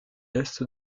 est